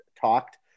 talked